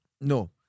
no